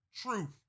truth